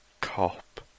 cop